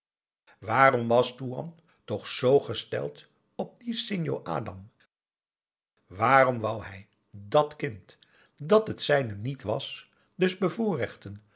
was toean toch z gesteld op dien sinjo adam waarom wou hij dàt kind dat het zijne niet was dus bevoorrechten